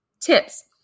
tips